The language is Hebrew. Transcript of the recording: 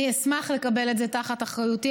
אני אשמח לקבל את זה תחת אחריותי,